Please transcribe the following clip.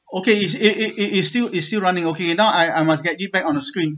okay is it it it is still is still running okay now I I must get you back on the screen